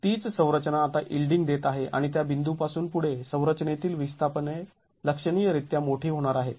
तीच संरचना आता यिल्डींग देत आहे आणि त्या बिंदूपासून पुढे संरचनेतील विस्थापने लक्षणीयरीत्या मोठी होणार आहेत